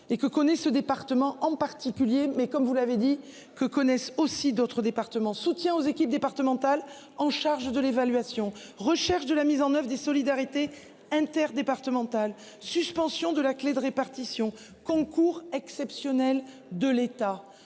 et que connaît ce département en particulier mais comme vous l'avez dit, que connaissent aussi autres. Ce département soutien aux équipes départementales, en charge de l'évaluation, recherche de la mise en oeuvre des solidarités inter-départemental. Suspension de la clé de répartition concours exceptionnel de l'État.